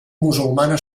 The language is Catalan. musulmana